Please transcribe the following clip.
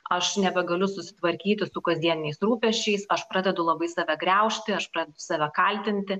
aš nebegaliu susitvarkyti su kasdieniniais rūpesčiais aš pradedu labai save griaužti aš pradedu save kaltinti